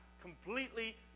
completely